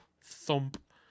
thump